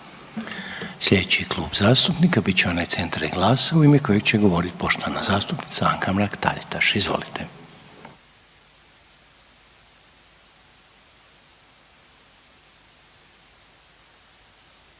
Slijedeći Klub zastupnika bit će onaj Centra i GLAS-a u ime kojeg će govorit poštovana zastupnica Anka Mrak Taritaš. Izvolite.